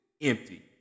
empty